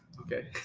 Okay